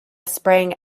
sprang